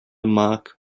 mark